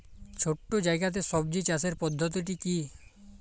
ছোট্ট জায়গাতে সবজি চাষের পদ্ধতিটি কী?